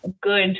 good